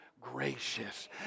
gracious